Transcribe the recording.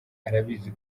arabizi